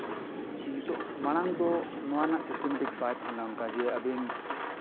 ᱱᱤᱛᱚᱜ ᱢᱟᱲᱟᱝ ᱫᱚ ᱱᱚᱣᱟ ᱨᱮᱱᱟ ᱥᱤᱥᱴᱮᱢᱮᱴᱤᱠ ᱵᱟᱭ ᱛᱟᱦᱮᱸ ᱞᱮᱱᱟ ᱚᱱᱠᱟ ᱡᱮ ᱟᱹᱵᱤᱱ